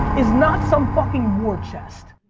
is not some fucking war chest.